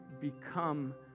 become